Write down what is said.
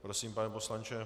Prosím, pane poslanče.